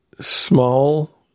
small